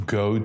go